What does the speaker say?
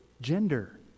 gender